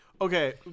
Okay